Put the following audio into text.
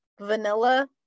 vanilla